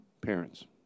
parents